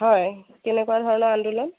হয় কেনেকুৱা ধৰণৰ আন্দোলন